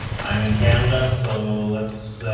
i'm in canada, so let's, ah,